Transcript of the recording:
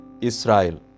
Israel